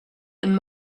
and